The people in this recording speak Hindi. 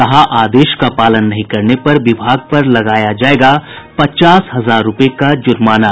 कहा आदेश का पालन नहीं करने पर विभाग पर लगाया जायेगा पचास हजार रूपये का जुर्माना